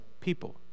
people